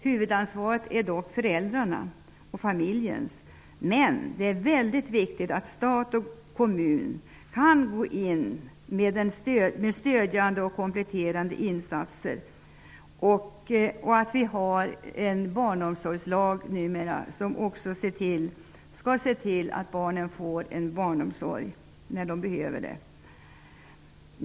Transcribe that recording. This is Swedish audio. Huvudansvaret är föräldrarnas och familjens, men det är viktigt att stat och kommun kan gå in med stödjande och kompletterande insatser och att det numera finns en barnomsorgslag som skall se till att barnen får en barnomsorg när de behöver det.